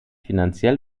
finanziell